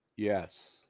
Yes